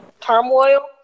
turmoil